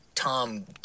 Tom